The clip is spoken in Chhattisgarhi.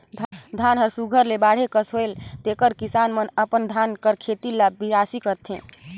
धान हर सुग्घर ले बाढ़े कस होएल तेकर किसान मन अपन धान कर खेत ल बियासी करथे